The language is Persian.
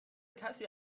کسی